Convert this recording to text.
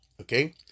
okay